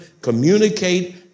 communicate